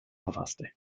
verfasste